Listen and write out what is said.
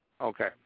Okay